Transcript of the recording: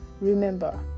remember